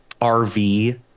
RV